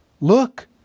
Look